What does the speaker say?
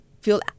Feel